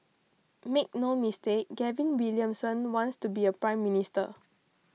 make no mistake Gavin Williamson wants to be a Prime Minister